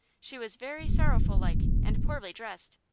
she was very sorrowful-like, and poorly dressed.